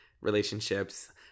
relationships